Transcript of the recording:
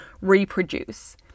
reproduce